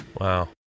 Wow